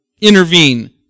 intervene